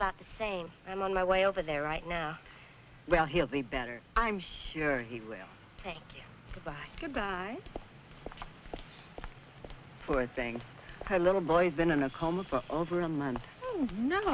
about the same i'm on my way over there right now well he'll be better i'm sure he will thank you bye goodbye for saying a little boy's been in a coma for over a month